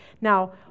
Now